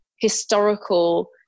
historical